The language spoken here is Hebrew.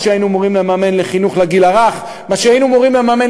מה שהיינו אמורים לממן לחינוך לגיל הרך ומה שהיינו אמורים לממן